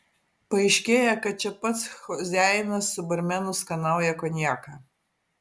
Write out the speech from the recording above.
paaiškėja kad čia pats choziajinas su barmenu skanauja konjaką